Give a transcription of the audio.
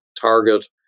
target